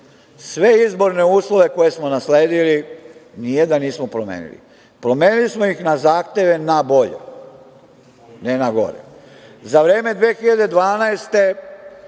sve izborne uslove koje smo nasledili, nijedan nismo promenili. Promenili smo ih na zahteve nabolje, ne nagore. Za vreme 2012.